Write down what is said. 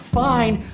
fine